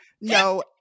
No